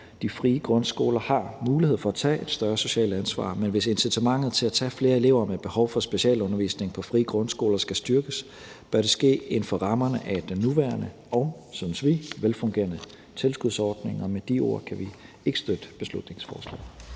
De frie grundskoler har mulighed for at tage et større socialt ansvar, men hvis incitamentet på frie grundskoler til at tage flere elever med behov for specialundervisning skal styrkes, skal det ske inden for rammerne af den nuværende og, synes vi, velfungerende tilskudsordning. Med de ord kan vi ikke støtte beslutningsforslaget.